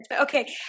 Okay